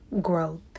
growth